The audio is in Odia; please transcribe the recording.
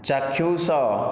ଚାକ୍ଷୁଷ